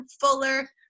fuller